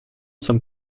some